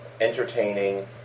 entertaining